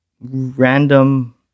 random